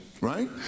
right